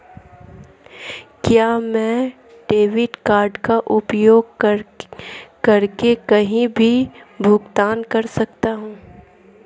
क्या मैं debit card का उपयोग करके कहीं भी भुगतान कर सकता हूं?